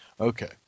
Okay